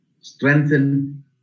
strengthen